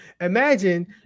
Imagine